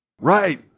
Right